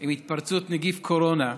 עם התפרצות נגיף הקורונה,